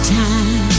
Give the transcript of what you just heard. time